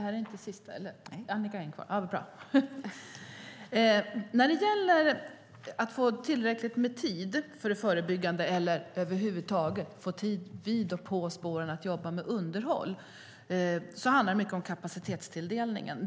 Fru talman! När det gäller att få tillräckligt med tid för det förebyggande arbetet eller att över huvud taget få tid vid och på spåren för att jobba med underhåll handlar det mycket om kapacitetstilldelningen.